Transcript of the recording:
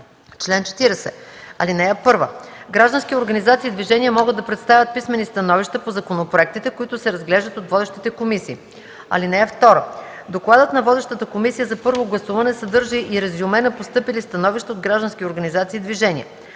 Чл. 40. (1) Граждански организации и движения могат да представят писмени становища по законопроектите, които се разглеждат от водещите комисии. (2) Докладът на водещата комисия за първо гласуване съдържа и резюме на постъпили становища от граждански организации и движения.